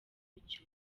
mucyo